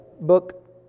book